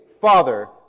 Father